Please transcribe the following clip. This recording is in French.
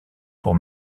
pour